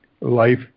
life